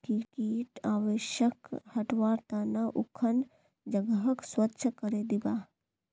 कीट आवासक हटव्वार त न उखन जगहक स्वच्छ करे दीबा